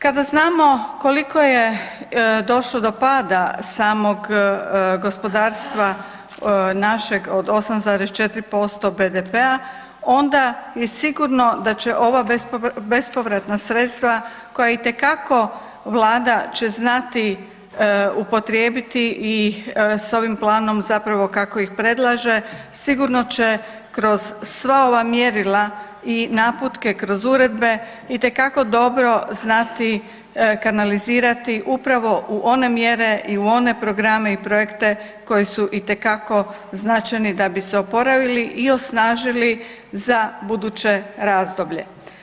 Kada znamo koliko je došlo do pada samog gospodarstva našeg od 8,4% BDP-a onda je sigurno da će ova bespovratna sredstva koja itekako vlada će znati upotrijebiti i s ovim planom zapravo kako ih predlaže sigurno će kroz sva ova mjerila i naputke kroz uredbe itekako dobro znati kanalizirati upravo u one mjere i u one programe i projekte koji su itekako značajni da bi se oporavili i osnažili za buduće razdoblje.